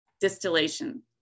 distillation